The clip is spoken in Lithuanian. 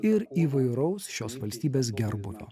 ir įvairaus šios valstybės gerbūvio